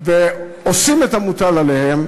ועושים את המוטל עליהם,